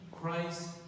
christ